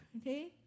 Okay